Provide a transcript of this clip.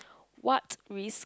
what risk